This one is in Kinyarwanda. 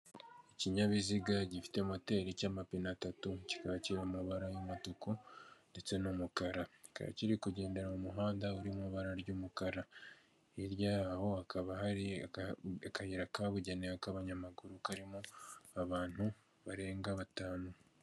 Ikinyabiziga gifite moteri cy'amapine atatu, kikaba kiriho amabara y'umutuku ndetse n'umukara, kikaba kiri kugendera mu muhanda uri mu ibara ry'umukara, hirya yaho hakaba hari akayira kabugenewe k'abanyamaguru karimo abantu barenga batanu.